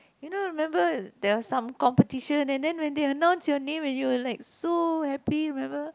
you know you remember there are some competition and then when they announce your name and you were like so happy you remember